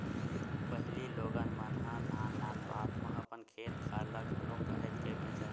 पहिली लोगन मन ह नान नान बात म अपन खेत खार ल घलो काहेच के बेंचय